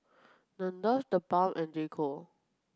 Nandos TheBalm and J Co